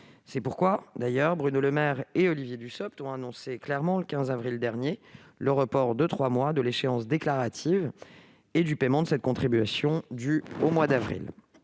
C'est pourquoi Bruno Le Maire et Olivier Dussopt ont annoncé, le 15 avril dernier, le report de trois mois de l'échéance déclarative et du paiement de cette contribution, due au mois d'avril.